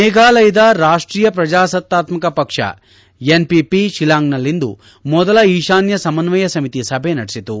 ಮೇಘಾಲಯದ ರಾಷ್ಟೀಯ ಪ್ರಜಾಸತ್ತಾತ್ಮಕ ಪಕ್ಷ ಎನ್ಪಿಪಿ ಶಿಲ್ಲಾಂಗ್ನಲ್ಲಿಂದು ಮೊದಲ ಈಶಾನ್ಯ ಸಮನ್ವಯ ಸಮಿತಿ ಸಭೆ ನಡೆಸಿತು